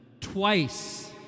twice